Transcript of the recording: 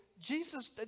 Jesus